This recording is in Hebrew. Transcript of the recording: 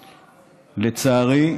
לצערי,